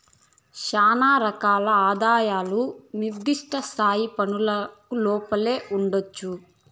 శానా రకాల ఆదాయాలు నిర్దిష్ట స్థాయి పన్నులకు లోపలే ఉండొచ్చు